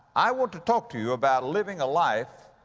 i want to talk to you about living a life